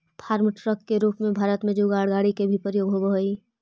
farm truck के रूप में भारत में जुगाड़ गाड़ि के भी प्रयोग होवऽ हई